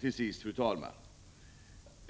Det har ofta